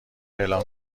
اعلام